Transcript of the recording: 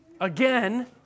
again